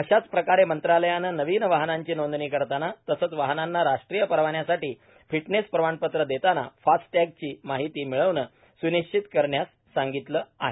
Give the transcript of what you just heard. अशाच प्रकारे मंत्रालयाने नवीन वाहनांची नोंदणी करताना तसेच वाहनांना राष्ट्रीय परवान्यासाठी फिटनेस प्रमाणपत्र देताना फास्टशाची माहिती मिळवणे स्निश्चित करण्यास सांगितले आहे